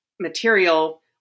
material